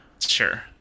sure